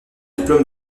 diplôme